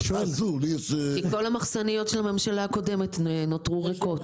כי כל המחסניות של הממשלה הקודמת נותרו ריקות.